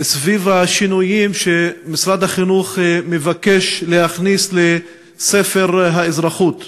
דיון סוער סביב השינויים שמשרד החינוך מבקש להכניס לספר האזרחות,